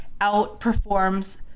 outperforms